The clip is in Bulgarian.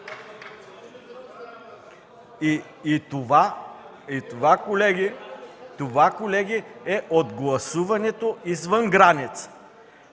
Това, колеги, е от гласуването извън граница.